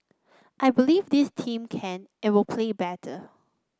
I believe this team can and will play better